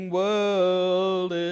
world